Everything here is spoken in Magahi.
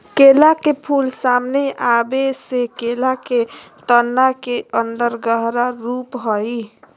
केला के फूल, सामने आबे से केला के तना के अन्दर गहरा रूप हइ